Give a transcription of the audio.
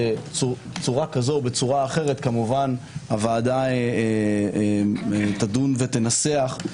בצורה כזו או אחרת הוועדה תדון ותנסח,